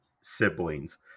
siblings